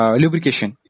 lubrication